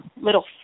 little